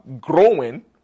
growing